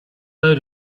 load